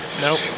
Nope